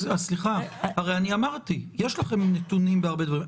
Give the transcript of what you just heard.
סליחה, הרי אני אמרתי: יש לכם נתונים בהרבה דברים.